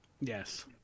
Yes